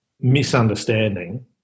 misunderstanding